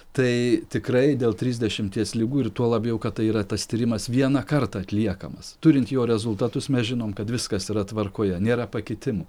tai tikrai dėl trisdešimties ligų ir tuo labiau kad tai yra tas tyrimas vieną kartą atliekamas turint jo rezultatus mes žinom kad viskas yra tvarkoje nėra pakitimų